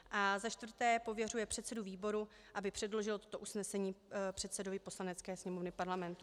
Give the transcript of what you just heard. IV. pověřuje předsedu výboru, aby předložil toto usnesení předsedovi Poslanecké sněmovny Parlamentu.